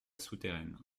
souterraine